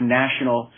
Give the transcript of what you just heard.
national